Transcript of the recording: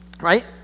right